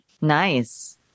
Nice